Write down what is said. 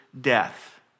death